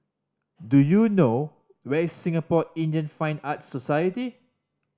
do you know where is Singapore Indian Fine Arts Society